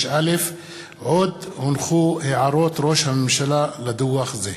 66א. עוד הונחו הערות ראש הממשלה לדוח זה.